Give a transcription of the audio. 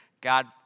God